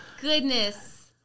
goodness